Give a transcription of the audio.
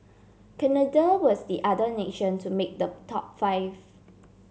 Canada was the other nation to make the top five